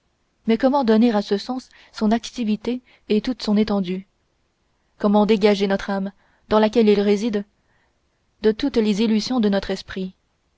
mais comment donner à ce sens son activité et toute son étendue comment dégager notre âme dans laquelle il réside de toutes les illusions de notre esprit